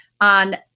on